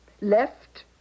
Left